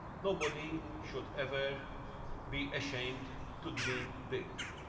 nobody should ever be ashamed to dream big.